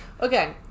Okay